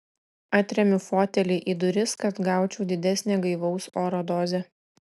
atremiu fotelį į duris kad gaučiau didesnę gaivaus oro dozę